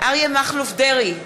אריה מכלוף דרעי,